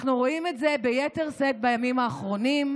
אנחנו רואים את זה ביתר שאת בימים האחרונים.